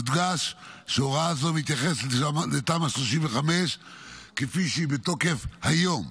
יודגש שהוראה זו מתייחסת לתמ"א 35 כפי שהיא בתוקף היום,